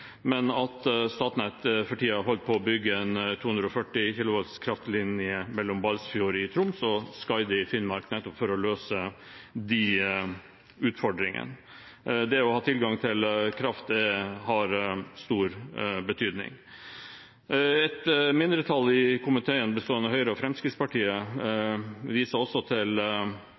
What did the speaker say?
men at Statnett for tiden holder på å bygge en 420 kV kraftlinje mellom Balsfjord i Troms og Skaidi i Finnmark, nettopp for å løse de utfordringene. Det å ha tilgang til kraft har stor betydning. Et mindretall i komiteen, bestående av Høyre og Fremskrittspartiet, viser også til